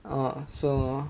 oh so